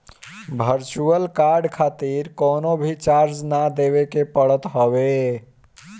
virtual card खातिर कवनो भी चार्ज ना देवे के पड़त हवे